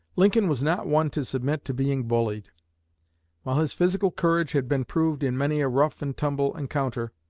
lincoln was not one to submit to being bullied while his physical courage had been proved in many a rough and tumble encounter,